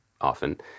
often